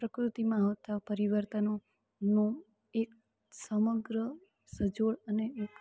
પ્રકૃતિમાં આવતા પરિવર્તનોનો એક સમગ્ર સજોડ અને એક